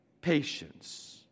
patience